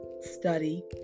study